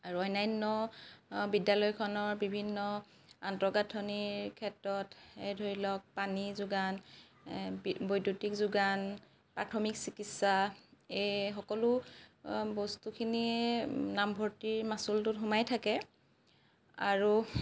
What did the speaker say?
আৰু অন্যান্য বিদ্যালয়খনৰ বিভিন্ন আন্তঃগাঁথনিৰ ক্ষেত্ৰত এই ধৰি লওক পানী যোগান বি বৈদ্যুতিক যোগান প্ৰাথমিক চিকিৎসা এই সকলো বস্তুখিনিয়ে নামভৰ্ত্তিৰ মাচুলটোত সোমাই থাকে আৰু